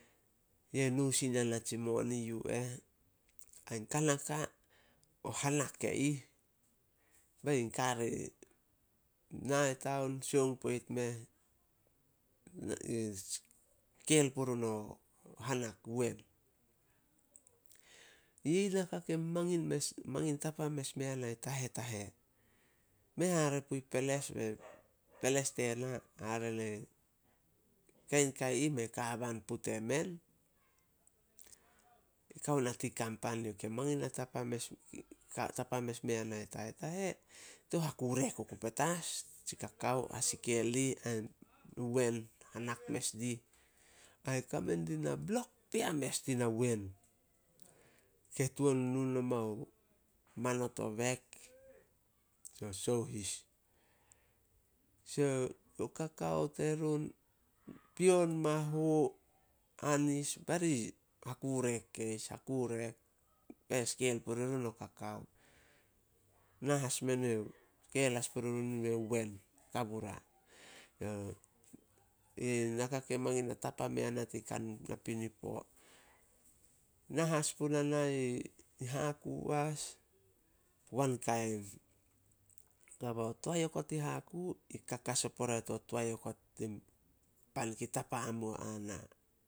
Ye nu sin yana tsi moni yu eh. Ain kanaka o hanak e ih, bain kar nai Taon, sioung poit meh skel purun o hanak wen. Yi naka kei mangin mes, mangin tapa mes mea na i Tahetahe. Mei hare pui peles peles tena. Hare ni kain ka ih mei ka haban puh temen, e kao na tin kan pan. Youh ke mangin na tapa- tapa mes mea na i Tahetahe, tou hakurek oku petas. Tsi kakao haskel dih ain wen hanak mes dih. Ai kame dih na blok pea mes tina wen. ke tuan nu nomao manot o bek, tsio sohis. So o kakao terun, pion, mahu, anis bari hakurek keis- hakurek, be skel puri run o kakao. Na as mene skel as puri run in wen, kabura. Yi naka ke mangin na tapa mea na tin kan napinipo. Na has puna na i Haku as, wankain. Kobao toae okot i Haku i kakas o pore a to toae okot tin pan kei tapa hamuo a na.